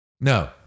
No